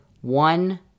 one